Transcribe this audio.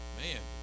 man